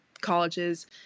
colleges